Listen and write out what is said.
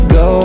go